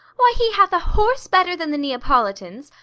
why, he hath a horse better than the neapolitan's,